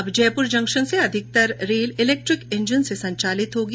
अब जयपुर जंक्शन से अधिकतर रेल इलैक्ट्रिक इंजन से संचालित होगी